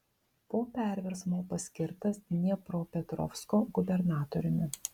po perversmo paskirtas dniepropetrovsko gubernatoriumi